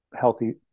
healthy